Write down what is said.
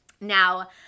Now